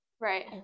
Right